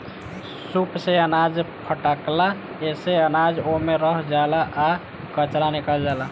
सूप से अनाज फटकाला एसे अनाज ओमे रह जाला आ कचरा निकल जाला